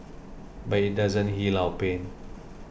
but it doesn't heal our pain